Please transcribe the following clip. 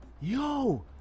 yo